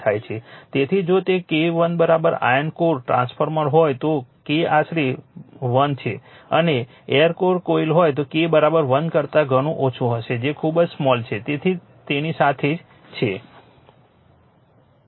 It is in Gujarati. તેથી જો તે K 1 આયર્ન કોર ટ્રાન્સફોર્મર હોય તો K આશરે 1 છે અને એર કોર કોઇલ K 1 કરતા ઘણું ઓછું હશે જે ખૂબ જ સ્મોલ છે તેથી તેની સાથે છે